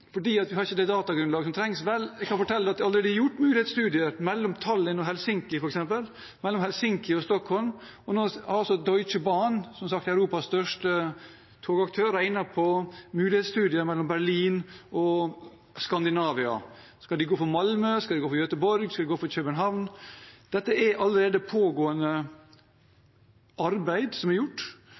fordi vi ikke har det datagrunnlaget som trengs. Jeg kan fortelle at det allerede er gjort mulighetsstudier, f.eks. mellom Tallinn og Helsinki og mellom Helsinki og Stockholm. Og nå har Deutsche Bahn, Europas største togaktør, regnet på mulighetsstudier mellom Berlin og Skandinavia – skal de gå for Malmö, skal de gå for Göteborg, skal de gå for København? Dette er allerede et pågående arbeid og arbeid som er gjort.